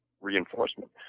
reinforcement